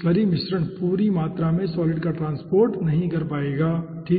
slurry मिश्रण पूरी मात्रा में सॉलिड का ट्रांसपोर्ट नहीं कर पाएगा ठीक है